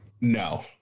No